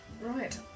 Right